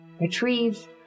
retrieve